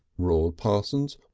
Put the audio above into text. roared parsons,